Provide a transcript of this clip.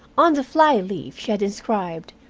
on the fly-leaf she had inscribed,